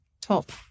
top